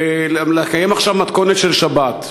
ולקיים עכשיו מתכונת של שבת.